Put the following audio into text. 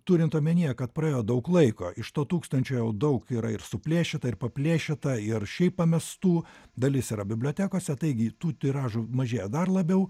turint omenyje kad praėjo daug laiko iš to tūkstančio jau daug yra ir suplėšyta ir paplėšyta ir šiaip pamestų dalis yra bibliotekose taigi tų tiražų mažėja dar labiau